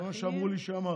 זה מה שאמרו לי שאמרת.